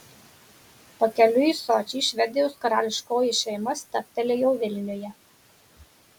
pakeliui į sočį švedijos karališkoji šeima stabtelėjo vilniuje